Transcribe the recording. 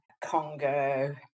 Congo